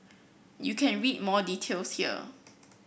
you can read more details here